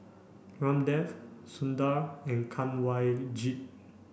Ramdev Sundar and Kanwaljit